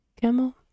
Camel